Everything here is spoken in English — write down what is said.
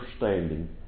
understanding